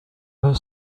her